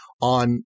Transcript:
on